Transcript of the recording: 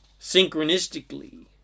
synchronistically